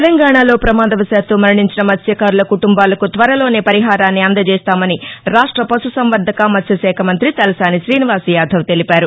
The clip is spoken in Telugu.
తెలంగాణాలో ప్రమాదవశాత్తు మరణించిన మత్ప్యకారుల కుటుంబాలకు త్వరలోనే పరిహారాన్ని అందజేస్తామని రాష్ట పశుసంవర్గక మత్వ్యశాఖ మంత్రి తలసాని శ్రీనివాస్ యాదవ్ తెలిపారు